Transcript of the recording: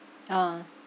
oh